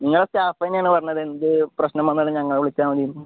നിങ്ങളെ സ്റ്റാഫ് തന്നെയാണ് പറഞ്ഞത് എന്ത് പ്രശ്നം വന്നാലും ഞങ്ങളെ വിളിച്ചാൽ മതിയെന്ന്